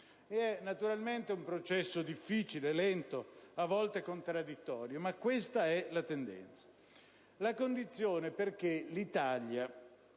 si tratta di un processo difficile e lento, a volte contraddittorio, ma questa è la tendenza. La condizione perché l'Italia,